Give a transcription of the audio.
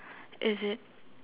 is it